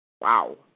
Wow